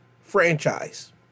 franchise